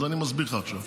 אז אני מסביר לך עכשיו.